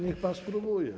Niech pan spróbuje.